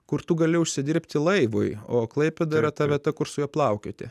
kur tu gali užsidirbti laivui o klaipėda yra ta vieta kur su juo plaukioti